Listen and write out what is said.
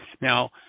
Now